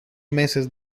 meses